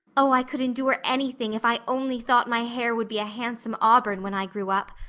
oh, i could endure anything if i only thought my hair would be a handsome auburn when i grew up.